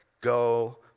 go